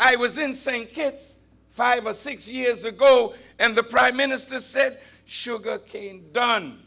i was in think five or six years ago and the prime minister said sugarcane done